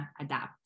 adapt